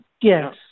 Yes